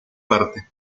parte